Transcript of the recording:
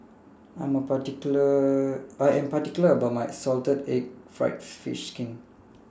I Am particular about My Salted Egg Fried Fish Skin